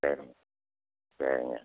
சரிங்க சரிங்க